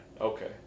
Okay